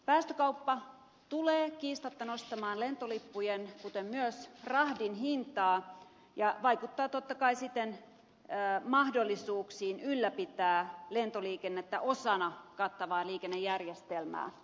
päästökauppa tulee kiistatta nostamaan lentolippujen kuten myös rahdin hintaa ja vaikuttaa totta kai siten mahdollisuuksiin ylläpitää lentoliikennettä osana kattavaa liikennejärjestelmää